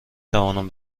توانم